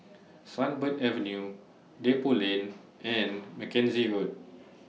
Sunbird Avenue Depot Lane and Mackenzie Road